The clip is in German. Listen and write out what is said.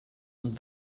und